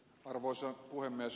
arvoisa puhemies